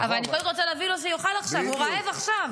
אבל אני רוצה לתת לו עכשיו, כי הוא רעב עכשיו.